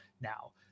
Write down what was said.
Now